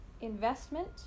investment